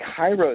kairos